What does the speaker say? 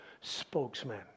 spokesman